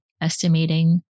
estimating